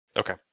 Okay